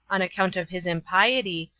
on account of his impiety,